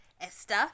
esther